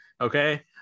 Okay